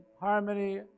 harmony